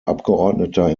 abgeordneter